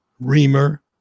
Reamer